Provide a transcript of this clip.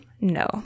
no